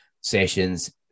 sessions